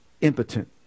impotent